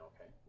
okay